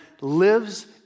lives